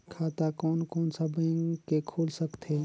खाता कोन कोन सा बैंक के खुल सकथे?